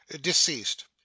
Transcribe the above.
Deceased